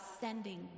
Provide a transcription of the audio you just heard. sending